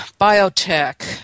biotech